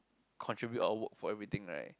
contribute or work for everything right